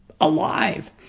alive